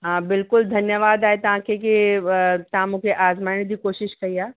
हा बिल्कुलु धन्यवाद आहे तव्हांखे कि तव्हां मूंखे आज़माइण जी कोशिश कई आहे